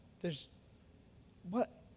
there's—what